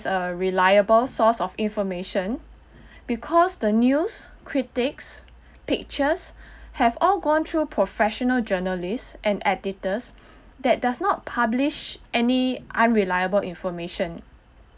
a reliable source of information because the news critics pictures have all gone through professional journalists and editors that does not publish any unreliable information